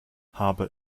habe